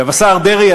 השר דרעי,